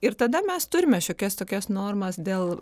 ir tada mes turime šiokias tokias normas dėl